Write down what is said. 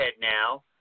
now